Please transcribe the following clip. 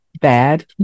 bad